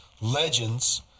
legends